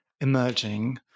emerging